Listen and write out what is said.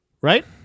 Right